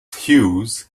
hughes